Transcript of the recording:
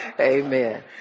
amen